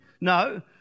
No